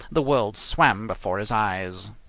the world swam before his eyes.